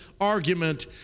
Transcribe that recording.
argument